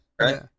right